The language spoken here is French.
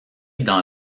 dans